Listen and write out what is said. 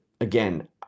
again